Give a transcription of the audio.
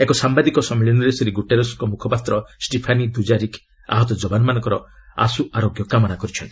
ଏକ ସାମ୍ଭାଦିକ ସମ୍ମିଳନୀରେ ଶ୍ରୀ ଗୁଟେରସ୍ଙ୍କ ମୁଖପାତ୍ର ଷ୍ଟିଫାନି ଦୁଜାରିକ୍ ଆହତ ଯବାନମାନଙ୍କର ଆଶୁ ଆରୋଗ୍ୟ କାମନା କରିଛନ୍ତି